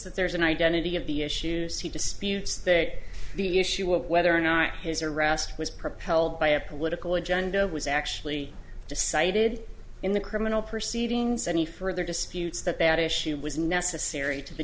that there's an identity of the issues he disputes that the issue of whether or not his arrest was propelled by a political agenda was actually decided in the criminal proceedings any further disputes that that issue was necessary to the